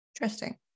Interesting